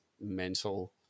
mental